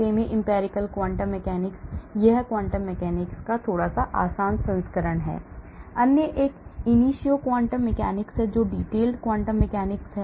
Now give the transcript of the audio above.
semi empirical quantum mechanics यह quantum mechanics का थोड़ा आसान संस्करण है अन्य एक initio quantum mechanics है जो detailed quantum mechanics है